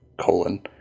colon